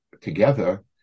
together